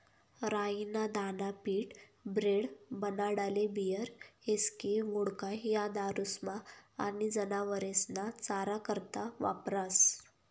राई ना दाना पीठ, ब्रेड, बनाडाले बीयर, हिस्की, वोडका, या दारुस्मा आनी जनावरेस्ना चारा करता वापरास